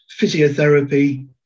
physiotherapy